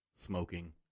smoking